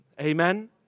Amen